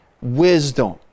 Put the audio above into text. wisdom